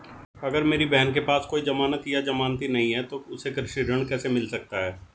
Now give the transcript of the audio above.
अगर मेरी बहन के पास कोई जमानत या जमानती नहीं है तो उसे कृषि ऋण कैसे मिल सकता है?